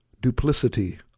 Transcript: duplicity